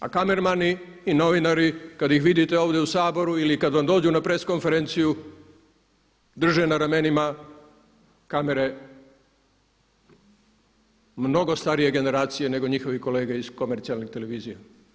A kamermani i novinari kada ih vidite ovdje u Saboru ili kada vam dođu na press konferenciju drže na ramenima kamere mnogo starije generacije nego njihovi kolege iz komercijalnih televizija.